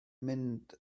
mynd